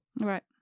right